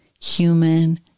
human